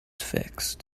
fixed